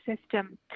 system